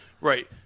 Right